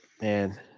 Man